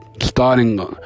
starting